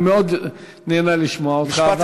אני מאוד נהנה לשמוע אותך אבל,